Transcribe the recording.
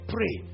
Pray